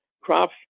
crops